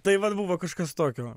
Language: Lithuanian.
tai vat buvo kažkas tokio